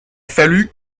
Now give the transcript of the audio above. fallu